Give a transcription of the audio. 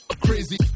crazy